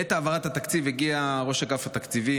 בעת העברת התקציב הגיע ראש אגף התקציבים,